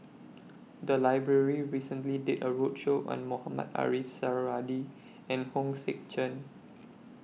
The Library recently did A roadshow on Mohamed Ariff Suradi and Hong Sek Chern